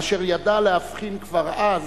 אשר ידע להבחין כבר אז